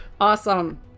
Awesome